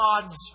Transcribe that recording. God's